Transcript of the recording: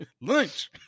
Lunch